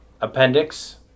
appendix